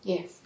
Yes